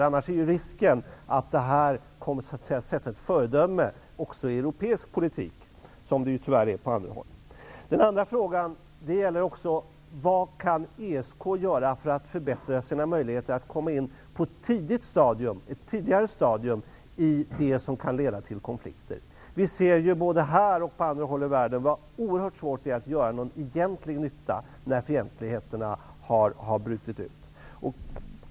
Annars är risken att det här kommer att så att säga bli ett föredöme också i europeisk politik, vilket det tyvärr är på andra håll. Den andra frågan gäller vad ESK kan göra för att förbättra sina möjligheter att komma in på ett tidigare stadium när det gäller det som kan leda till konflikter. Vi kan se både i det här sammanhanget och på andra håll i världen hur oerhört svårt det är att göra någon egentlig nytta när fientligheterna har brutit ut.